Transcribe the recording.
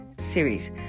series